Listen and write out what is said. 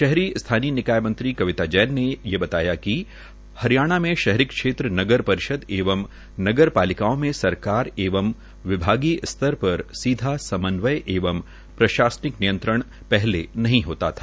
शहरी स्थानीय निकाय मंत्री श्रीमती कविता जैन ने बताया कि हरियाणा में शहरी क्षेत्र नगर परिषद एवं नगर पालिकाओं में सरकार एवं विभागीय स्तर पर सीधा समन्वय एवं प्रशासनिक नियंत्रण नहीं होता था